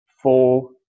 four